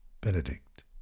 Benedict